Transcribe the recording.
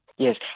Yes